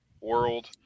world